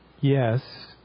yes